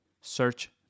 Search